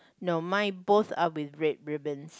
no mine both are with red ribbons